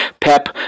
Pep